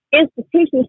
Institutions